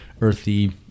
earthy